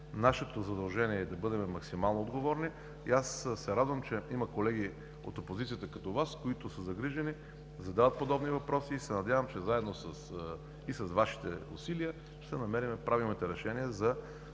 Нашето задължение е да бъдем максимално отговорни и се радвам, че има колеги от опозицията като Вас, които са загрижени, задават подобни въпроси и се надявам, че заедно и с Вашите усилия ще намерим правилните решения за